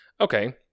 okay